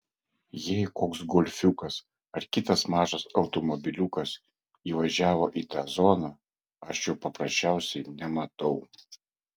jei koks golfiukas ar kitas mažas automobiliukas įvažiavo į tą zoną aš jo paprasčiausiai nematau